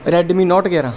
Redmi note ਗਿਆਰਾਂ